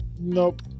Nope